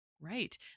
right